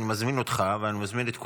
אני מזמין אותך ומזמין את כולם,